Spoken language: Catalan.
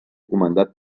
comandat